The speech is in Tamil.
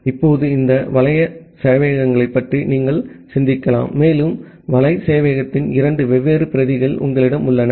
இப்போது இந்த வலை சேவையகங்களைப் பற்றி நீங்கள் சிந்திக்கலாம் மேலும் வலை சேவையகத்தின் இரண்டு வெவ்வேறு பிரதிகள் உங்களிடம் உள்ளன